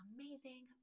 amazing